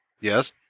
Yes